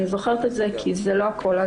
אני זוכרת את זה כי זה לא הקולה,